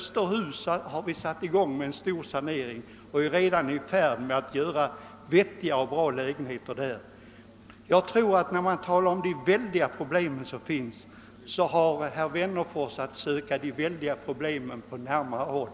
I Österhus har vi satt i gång en stor sanering och är redan i färd med att göra vettiga och bra lägenheter där. Jag tror att herr Wennerfors har att söka de väldiga segregationsproblemen på närmare håll.